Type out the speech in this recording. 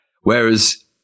Whereas